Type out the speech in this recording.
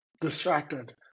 distracted